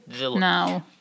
no